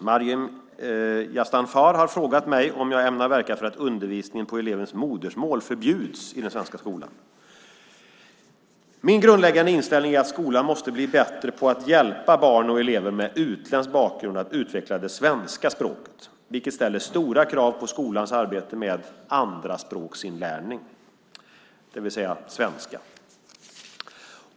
Herr talman! Maryam Yazdanfar har frågat mig om jag ämnar verka för att undervisning på elevens modersmål förbjuds i den svenska skolan. Min grundläggande inställning är att skolan måste bli bättre på att hjälpa barn och elever med utländsk bakgrund att utveckla det svenska språket, vilket ställer stora krav på skolans arbete med andraspråksinlärning, det vill säga svenska.